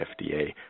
FDA